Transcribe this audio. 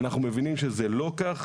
אנחנו מבינים שזה לא כך.